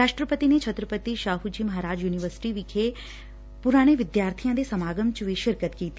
ਰਾਸ਼ਟਰਪਤੀ ਨੇ ਛੱਤਰਪਤੀ ਸਾਹੁ ਜੀ ਮਹਾਰਾਜ ਯੁਨੀਵਰਸਿਟੀ ਵਿਕੇ ਪਹਿਲਾਂ ਪੜੇ ਹੋਏ ਵਿਦਿਆਰਬੀਆਂ ਦੇ ਸਮਾਗਮ ਚ ਵੀ ਸ਼ਿਰਕਤ ਕੀਤੀ